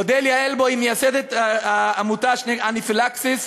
אודליה אלבו היא מייסדת עמותת אנפילקסיס,